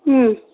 ಹ್ಞೂ